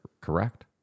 correct